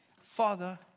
Father